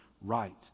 right